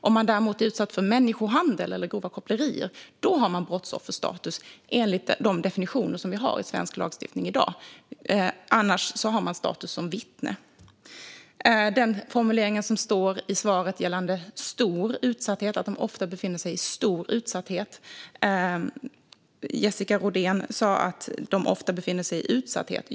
Om man däremot är utsatt för människohandel eller grova kopplerier har man brottsofferstatus enligt de definitioner vi har i svensk lagstiftning i dag. Annars har man status som vittne. I svaret är det formulerat så att de ofta befinner sig i "stor utsatthet". Jessica Rodén sa att de ofta befinner sig i "utsatthet".